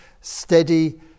steady